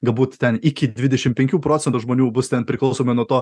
galbūt ten iki dvidešim penkių procentų žmonių bus ten priklausomai nuo to